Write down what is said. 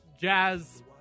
jazz